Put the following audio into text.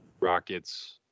Rockets